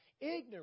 ignorant